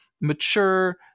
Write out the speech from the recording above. mature